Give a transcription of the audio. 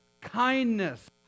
Kindness